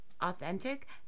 authentic